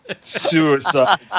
Suicide